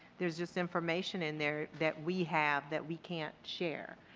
there's just information in there that we have that we can't share.